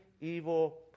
evil